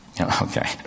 Okay